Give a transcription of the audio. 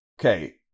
Okay